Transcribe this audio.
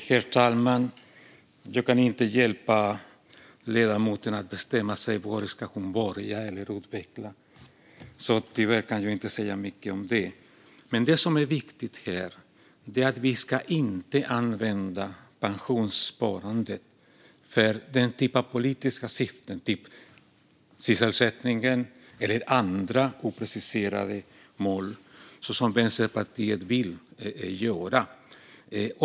Herr talman! Jag kan inte hjälpa ledamoten att bestämma sig var hon ska börja eller vad hon ska utveckla; tyvärr kan jag inte säga mycket om det. Det som är viktigt här är att vi inte ska använda pensionssparandet för denna typ av politiska syften, som sysselsättning eller andra opreciserade mål, så som Vänsterpartiet vill göra.